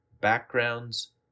backgrounds